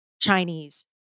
Chinese